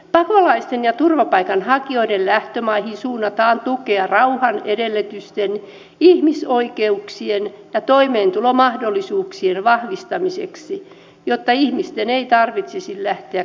pakolaisten ja turvapaikanhakijoiden lähtömaihin suunnataan tukea rauhan edellytysten ihmisoikeuksien ja toimeentulomahdollisuuksien vahvistamiseksi jotta ihmisten ei tarvitsisi lähteä kotimaastaan